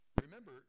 Remember